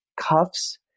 cuffs